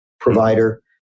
provider